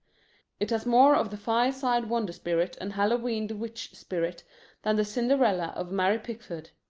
it has more of the fireside wonder-spirit and hallowe'en-witch-spirit than the cinderella of mary pickford.